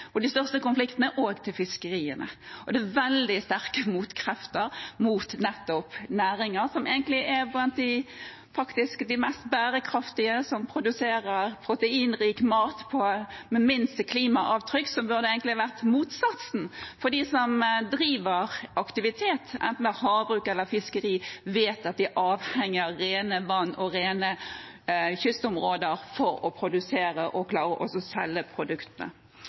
fiskeriene. Det er veldig sterke motkrefter mot næringer som egentlig faktisk er blant de mest bærekraftige. De produserer proteinrik mat med minst klimaavtrykk, så det burde egentlig vært motsatt, for de som driver aktivitet, enten det er havbruk eller fiskeri, vet at de er avhengig av rene vann og rene kystområder for å produsere og klare å selge produktene.